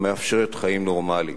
המאפשרת חיים נורמליים.